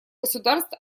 государств